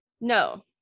No